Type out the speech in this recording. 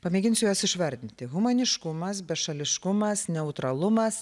pamėginsiu juos išvardinti humaniškumas bešališkumas neutralumas